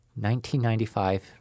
1995